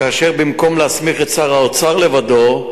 כאשר במקום להסמיך את שר האוצר לבדו,